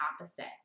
opposite